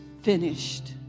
finished